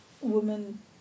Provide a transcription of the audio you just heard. woman